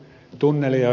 tunnelia